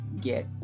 get